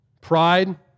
pride